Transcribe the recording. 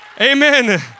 Amen